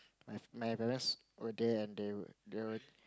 my my brothers were there and they were they were